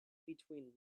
between